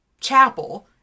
chapel